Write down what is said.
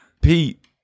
Pete